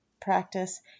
practice